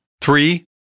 Three